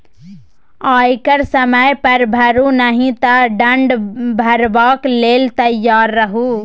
आयकर समय पर भरू नहि तँ दण्ड भरबाक लेल तैयार रहु